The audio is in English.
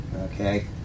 Okay